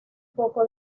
poco